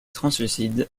translucides